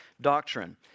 doctrine